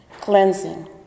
cleansing